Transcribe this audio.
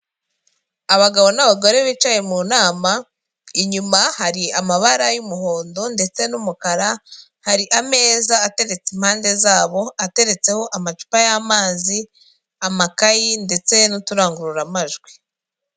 Abagabo n'abagore bicaye mu nama, inyuma hari amabara y'umuhondo ndetse n'umukara, hari ameza ateretse impande zabo, ateretseho amacupa y'amazi, amakayi ndetse n'uturangururamajwi.